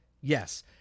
Yes